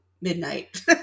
midnight